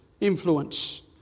influence